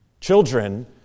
Children